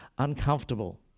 Uncomfortable